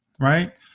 right